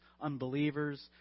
unbelievers